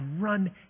run